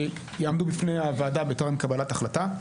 שיעמדו בפני הוועדה בטרם קבלת החלטה.